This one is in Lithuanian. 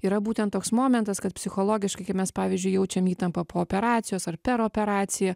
yra būtent toks momentas kad psichologiškai kai mes pavyzdžiui jaučiam įtampą po operacijos ar per operaciją